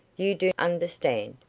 you do understand.